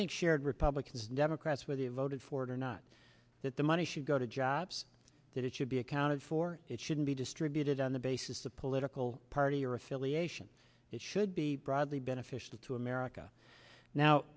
think shared republicans and democrats were the voted for it or not that the money should go to jobs that it should be accounted for it shouldn't be distributed on the basis of political party or affiliation that should be broadly beneficial to america now